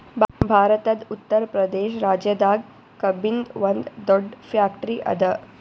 ಭಾರತದ್ ಉತ್ತರ್ ಪ್ರದೇಶ್ ರಾಜ್ಯದಾಗ್ ಕಬ್ಬಿನ್ದ್ ಒಂದ್ ದೊಡ್ಡ್ ಫ್ಯಾಕ್ಟರಿ ಅದಾ